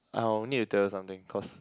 I'll need to tell you something cause